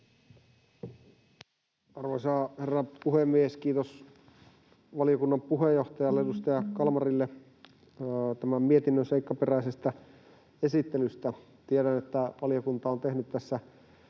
Arvoisa herra puhemies! Kiitos valiokunnan puheenjohtajalle, edustaja Kalmarille tämän mietinnön seikkaperäisestä esittelystä. Tiedän, että valiokunta on tehnyt tässä